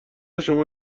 شما